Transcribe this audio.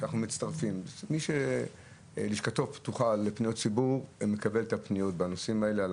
מי שלשכתו פתוחה לפניות ציבור מקבל את הפניות בנושאים האלה,